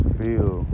feel